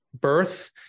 birth